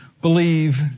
believe